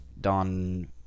Don